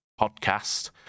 podcast